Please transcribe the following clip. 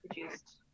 produced